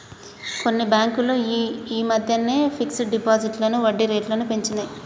కొన్ని బ్యేంకులు యీ మద్దెనే ఫిక్స్డ్ డిపాజిట్లపై వడ్డీరేట్లను పెంచినియ్